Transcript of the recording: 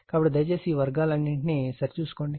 కాబట్టి దయచేసి ఈ వర్గాలు అన్నింటినీ సరిచూసుకోండి